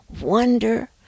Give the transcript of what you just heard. Wonder